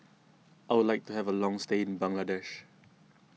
I would like to have a long stay in Bangladesh